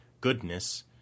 goodness